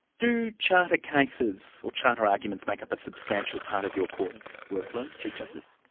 do charter cases or charter arguments make up a substantial part of your court's workload, chief justice?